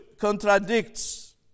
contradicts